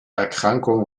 erkrankung